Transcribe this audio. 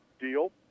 deal